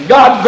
God